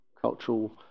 cultural